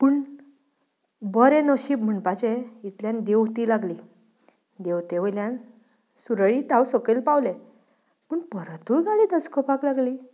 पूण बरें नशीब म्हणपाचें इतल्यान देंवती लागली देंवते वयल्यान सुरळीत हांव सकयल पावलें पूण परतूय गाडी धस्कोपाक लागली